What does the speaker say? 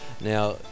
Now